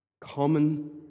Common